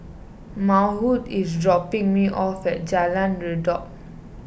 Maude is dropping me off at Jalan Redop